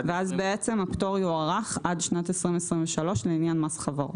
ואז בעצם הפטור יוארך עד שנת 2023 לעניין מס חברות.